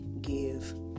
give